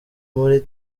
muri